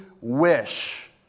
wish